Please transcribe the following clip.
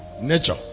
Nature